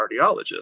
cardiologist